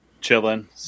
Chilling